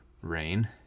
rain